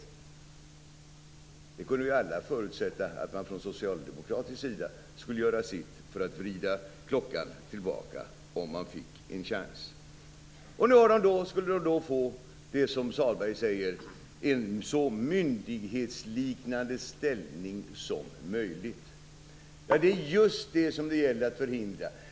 Alla kunde förutsätta att man från socialdemokratisk sida skulle göra sitt för att vrida klockan tillbaka om man fick en chans. Nu skulle fonderna få en så myndighetsliknande ställning som möjligt, som Sahlberg säger. Det är just det som det gäller att förhindra.